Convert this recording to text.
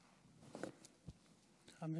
חמש